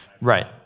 Right